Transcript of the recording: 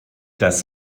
das